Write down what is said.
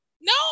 No